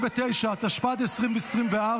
39), התשפ"ד 2024,